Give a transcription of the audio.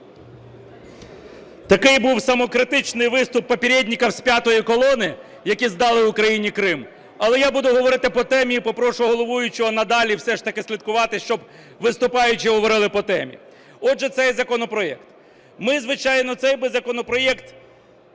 Такий був самокритичний виступ "попєрєдніков" з "п'ятої колони", які здали Україну і Крим. Але я буду говорити по темі, і попрошу головуючого надалі все ж таки слідкувати, щоб виступаючі говорили по темі. Отже, цей законопроект. Ми, звичайно, цей би законопроект